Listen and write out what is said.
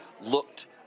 looked